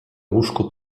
łóżku